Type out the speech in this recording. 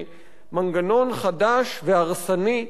מנגנון חדש והרסני,